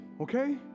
okay